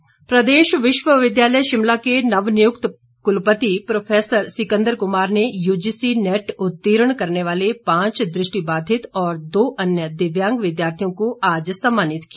सम्मान प्रदेश विश्वविद्यालय शिमला के नव नियुक्त कुलपति प्रोफेसर सिंकदर कुमार ने यूजीसी नेट उत्तीर्ण करने वाले पांच दृष्टिबाधित और दो अन्य दिव्यांग विद्यार्थियों को आज सम्मानित किया